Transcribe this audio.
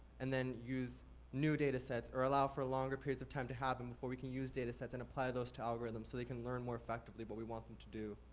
and then use new data sets or allow for longer periods of time to have them before we can use data sets and apply those to algorithms so they can learn more effectively what but we want them to do?